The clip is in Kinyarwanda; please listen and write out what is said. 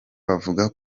bavuga